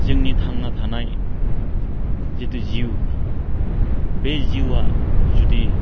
जोंनि थांना थानाय जिथु जिउ बै जिउआ जुदि